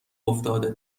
افتاده